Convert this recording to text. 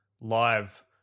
live